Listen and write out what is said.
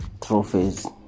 trophies